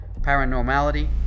Paranormality